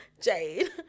Jade